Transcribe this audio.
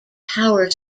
power